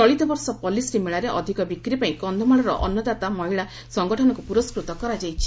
ଚଳିତବର୍ଷ ପଲ୍ଲିଶ୍ରୀ ମେଳାରେ ଅଧିକ ବିକ୍ରି ପାଇଁ କକ୍ଷମାଳର ଅନ୍ନଦାତା ମହିଳା ସଂଗଠନକୁ ପୁରସ୍କୃତ କରାଯାଇଛି